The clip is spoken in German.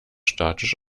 statisch